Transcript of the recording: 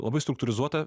labai struktūrizuota